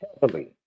heavily